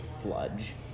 sludge